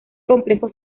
complejo